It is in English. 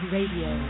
Radio